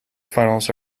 finals